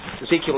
Ezekiel